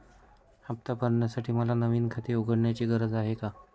हफ्ता भरण्यासाठी मला नवीन खाते उघडण्याची गरज आहे का?